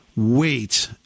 wait